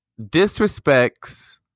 disrespects